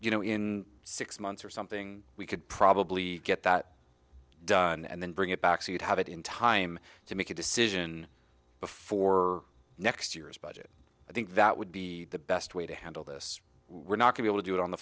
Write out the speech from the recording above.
you know in six months or something we could probably get that done and then bring it back so you'd have it in time to make a decision before next year's budget i think that would be the best way to handle this we're not going to do it on the